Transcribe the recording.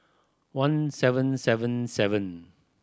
one seven seven seven